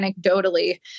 anecdotally